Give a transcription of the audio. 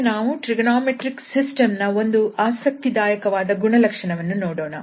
ಈಗ ನಾವು trigonometric system ನ ಒಂದು ಆಸಕ್ತಿದಾಯಕವಾದ ಗುಣಲಕ್ಷಣವನ್ನು ನೋಡೋಣ